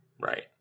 right